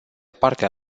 partea